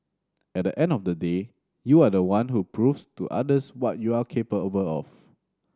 at the end of the day you are the one who proves to others what you are capable of